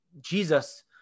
Jesus